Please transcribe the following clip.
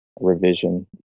revision